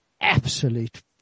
absolute